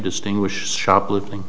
distinguish shoplifting